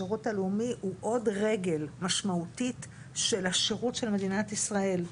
השירות הלאומי הוא עוד רגל משמעותית של השירות במדינת ישראל.